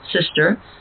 sister